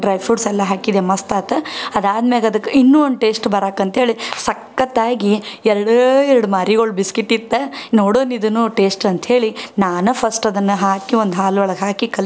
dry fruits ಎಲ್ಲ ಹಾಕಿದೆ ಮಸ್ತ್ ಆಯ್ತು ಅದು ಆದ್ಮ್ಯಾಗ ಅದಕ್ಕೆ ಇನ್ನೂ ಒಂದು ಟೇಸ್ಟ್ ಬರೋಕೆ ಅಂಥೇಳಿ ಸಖತ್ತಾಗಿ ಎರಡು ಎರಡು ಮಾರಿ ಗೋಲ್ಡ್ ಬಿಸ್ಕಿಟ್ ಇತ್ತ ನೋಡೋಣ ಇದೂ ಟೇಸ್ಟ್ ಅಂಥೇಳಿ ನಾನು ಫಸ್ಟ್ ಅದನ್ನು ಹಾಕಿ ಒಂದು ಹಾಲೊಳಗೆ ಹಾಕಿ ಕಲಸಿ